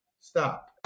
stop